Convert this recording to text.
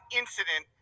incident